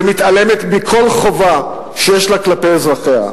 ומתעלמת מכל חובה שיש לה כלפי אזרחיה.